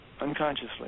unconsciously